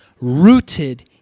rooted